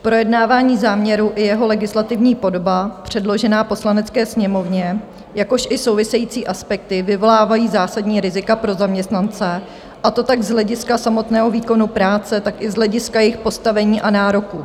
Projednávání záměru i jeho legislativní podoba předložená Poslanecké sněmovně, jakož i související aspekty vyvolávají zásadní rizika pro zaměstnance, a to jak z hlediska samotného výkonu práce, tak i z hlediska jejich postavení a nároků.